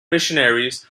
missionaries